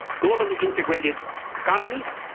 global integrated economies,